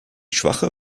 schwache